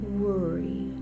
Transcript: worry